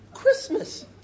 Christmas